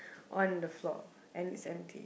on the floor and it's empty